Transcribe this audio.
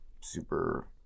super